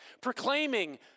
proclaiming